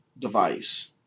device